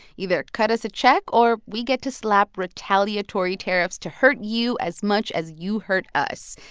either cut us a check, or we get to slap retaliatory tariffs to hurt you as much as you hurt us.